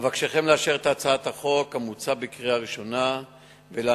אבקשכם לאשר את הצעת החוק המוצעת בקריאה ראשונה ולהניחה